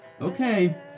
Okay